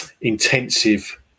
intensive